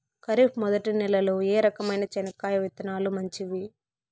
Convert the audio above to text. ఖరీఫ్ మొదటి నెల లో ఏ రకమైన చెనక్కాయ విత్తనాలు మంచివి